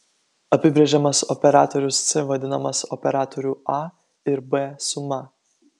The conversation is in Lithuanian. apibrėžiamas operatorius c vadinamas operatorių a ir b suma